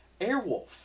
Airwolf